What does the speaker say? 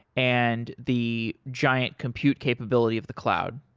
and the giant compute capability of the cloud?